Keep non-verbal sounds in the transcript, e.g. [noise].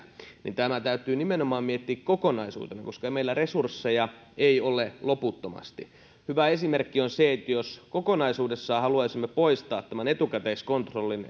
niin tämä täytyy nimenomaan miettiä kokonaisuutena koska meillä resursseja ei ole loputtomasti hyvä esimerkki on se että jos kokonaisuudessaan haluaisimme poistaa tämän etukäteiskontrollin [unintelligible]